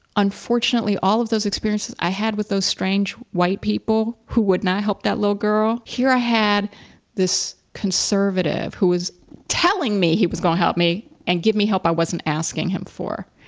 unfortunately, all of those experiences i had with those strange white people who would not help that little girl, here i ah had this conservative who was telling me he was gonna help me and give me help i wasn't asking him for.